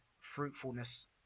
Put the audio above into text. fruitfulness